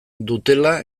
dutela